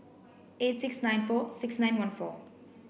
eight six nine four six nine one four